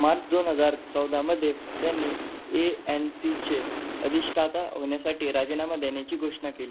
मार्च दोन हजार चौदामध्ये त्यांनी ए एन सीचे अदिष्ठात होण्यासाठी राजीनामा देण्याची घोषणा केली